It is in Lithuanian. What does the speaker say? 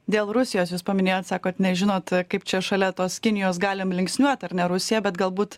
dėl rusijos jūs paminėjot sakot nežinot kaip čia šalia tos kinijos galim linksniuot ar ne rusiją bet galbūt